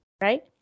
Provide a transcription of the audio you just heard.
right